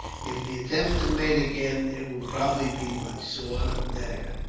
if the attempt is made again, it will probably be by sword or dagger.